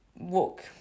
walk